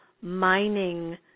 mining